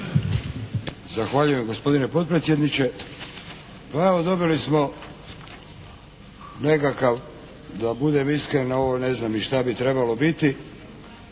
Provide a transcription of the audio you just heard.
Zahvaljujem gospodine potpredsjedniče. Evo, dobili smo nekakav da budem iskren, ovo ne znam ni šta bi trebalo biti.